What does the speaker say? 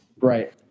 right